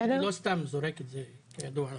אני לא סתם זורק את זה, כידוע לך.